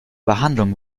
behandlung